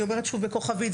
אני אומרת שוב בכוכבית,